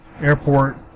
Airport